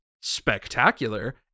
spectacular